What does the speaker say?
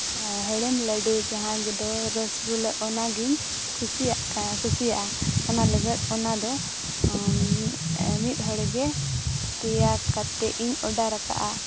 ᱦᱮᱲᱮᱢ ᱞᱟᱹᱰᱩ ᱡᱟᱦᱟᱸ ᱜᱮᱫᱚ ᱨᱚᱥᱜᱩᱞᱞᱟᱹ ᱚᱱᱟ ᱜᱮᱧ ᱠᱩᱥᱤᱭᱟᱜ ᱠᱟᱱ ᱠᱩᱥᱤᱭᱟᱜᱼᱟ ᱚᱱᱟ ᱞᱟᱹᱜᱤᱫ ᱚᱱᱟ ᱫᱚ ᱢᱤᱫ ᱦᱚᱲ ᱜᱮ ᱯᱮᱭᱟ ᱠᱟᱛᱮ ᱤᱧ ᱚᱰᱟᱨᱟᱠᱟᱫᱼᱟ